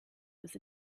was